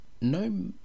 no